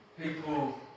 People